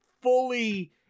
fully